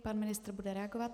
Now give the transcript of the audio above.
Pan ministr bude reagovat.